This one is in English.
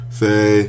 say